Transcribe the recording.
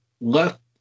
left